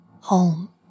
Home